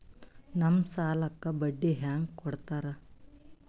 ನಮ್ ಸಾಲಕ್ ಬಡ್ಡಿ ಹ್ಯಾಂಗ ಕೊಡ್ತಾರ?